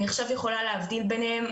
אני עכשיו יכולה להבדיל ביניהם,